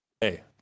Hey